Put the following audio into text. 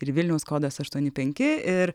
ir vilniaus kodas aštuoni penki ir